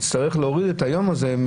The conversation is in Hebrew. יצטרך להוריד את היום הזה.